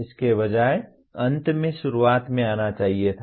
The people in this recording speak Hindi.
इसके बजाय अंत में शुरुआत में आना चाहिए था